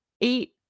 eat